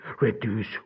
reduce